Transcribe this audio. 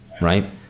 right